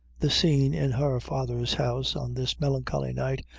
the scene in her father's house on this melancholy night,